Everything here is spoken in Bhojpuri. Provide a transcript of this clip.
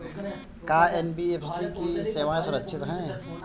का एन.बी.एफ.सी की सेवायें सुरक्षित है?